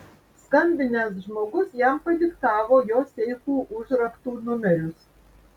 skambinęs žmogus jam padiktavo jo seifų užraktų numerius